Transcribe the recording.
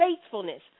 faithfulness